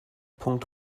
punkt